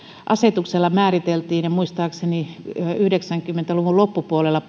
asetuksella määriteltiin muistaakseni yhdeksänkymmentä luvun loppupuolella